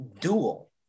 dual